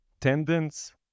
tendons